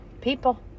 People